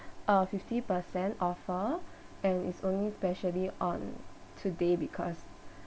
uh fifty percent offer and it's only especially on today because